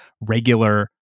regular